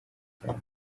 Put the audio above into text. cyane